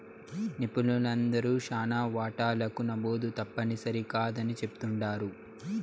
నిపుణులందరూ శానా వాటాలకు నమోదు తప్పుని సరికాదని చెప్తుండారు